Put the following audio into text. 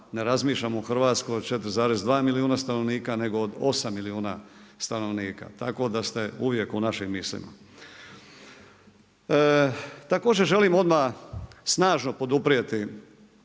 ne razmišljam o Hrvatskoj o 4,2 milijuna stanovnika nego od 8 milijuna stanovnika, tako da se uvijek u našim mislima. Također želim odmah snažno podruprijeti